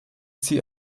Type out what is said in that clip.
sie